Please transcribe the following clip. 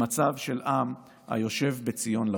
למצב של עם היושב בציון לבטח.